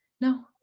No